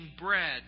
bread